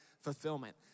Fulfillment